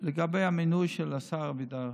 לגבי המינוי של השר אבידר,